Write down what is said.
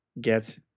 get